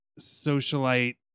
socialite